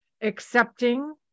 accepting